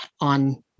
on